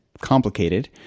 complicated